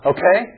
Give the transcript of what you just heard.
Okay